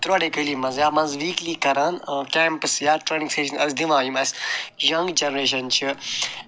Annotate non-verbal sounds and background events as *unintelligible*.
theoretically منٛز یا منٛزٕ ویٖکلی کران کیمپٕس یا *unintelligible* اَسہِ دِوان یِم اَسہِ یَنٛگ جَنریشَن چھِ